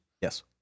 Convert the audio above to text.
Yes